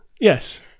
Yes